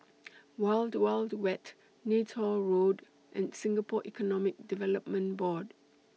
Wild Wild Wet Neythal Road and Singapore Economic Development Board